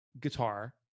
guitar